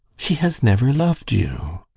she has never loved you!